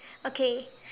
okay